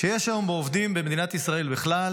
שיש היום בעובדים במדינת ישראל בכלל